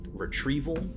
retrieval